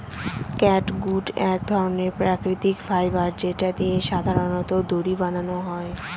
catgut এক ধরনের প্রাকৃতিক ফাইবার যেটা দিয়ে সাধারনত দড়ি বানানো হয়